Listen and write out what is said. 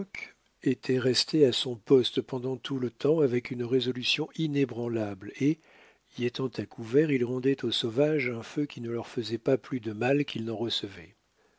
était resté à son poste pendant tout le combat avec une résolution inébranlable et y étant à couvert il rendait aux sauvages un feu qui ne leur faisait pas plus de mal qu'il n'en recevait